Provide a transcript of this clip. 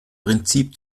prinzip